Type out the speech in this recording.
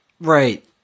right